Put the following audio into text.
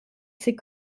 ses